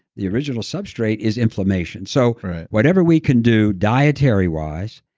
the original substrate is inflammation. so whatever we can do dietary-wise,